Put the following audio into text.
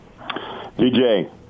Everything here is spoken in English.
DJ